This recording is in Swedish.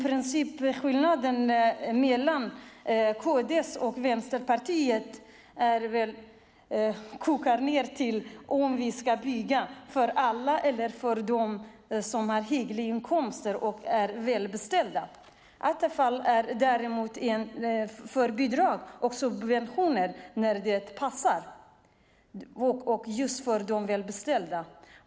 Principskillnaden mellan KD och Vänsterpartiet kokar ned till om vi ska bygga för alla eller för dem som har hyggliga inkomster och är välbeställda. Attefall är för bidrag och subventioner när det passar: just för de välbeställda.